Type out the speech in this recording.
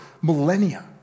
millennia